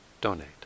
donate